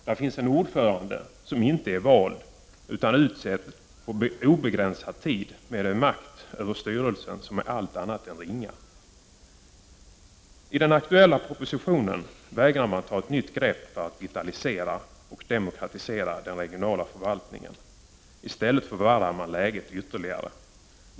Där finns en ordförande som inte är vald utan utsedd på obegränsad tid, med en makt över styrelsen som är allt annat än ringa. I den aktuella propositionen vägrar man ta ett nytt grepp för att vitalisera och demokratisera den regionala förvaltningen. I stället förvärrar man läget ytterligare.